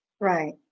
right